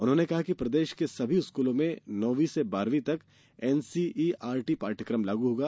उन्होंने कहा कि प्रदेश के सभी स्कूलों में नौवीं से बारहबीं तक एनसीईआरटी पाठ्यक्रम लागू होगा